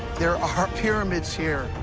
there are pyramids here,